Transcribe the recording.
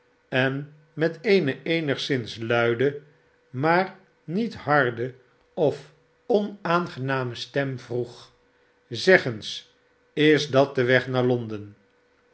en met eene eenigszins luide maar niet harde of onaangename stem vroeg zeg eens is dat de weg naar londen